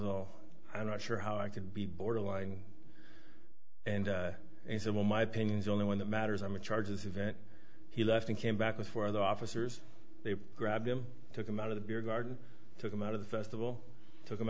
though i'm not sure how i could be borderline and he said well my opinion is only one that matters i'm a charges event he left and came back with four other officers they grabbed him took him out of the beer garden took him out of the festival took him